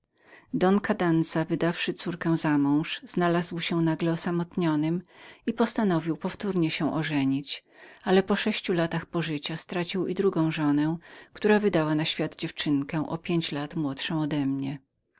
dziada don kadanza wydawszy córkę za mąż znalazł się nagle osamotnionym i postanowił powtórnie się ożenić ale po pięciu latach pożycia stracił i drugą żonę która wydała na świat dziewczynkę o pięć lat młodszą odemnie